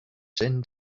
jin